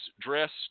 dressed